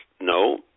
No